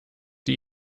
die